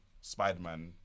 Spider-Man